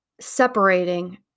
separating